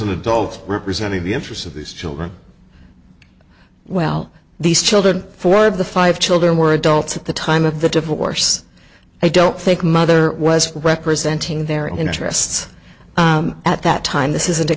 an adult representing the interests of these children well these children four of the five children were adults at the time of the divorce i don't think mother was representing their interests at that time this isn't a